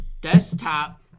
desktop